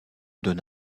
donne